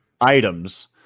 items